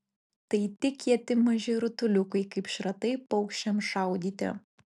tai tik kieti maži rutuliukai kaip šratai paukščiams šaudyti